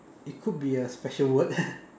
it could be a special word